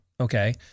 Okay